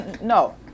No